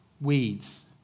weeds